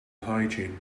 hygiene